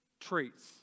traits